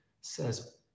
says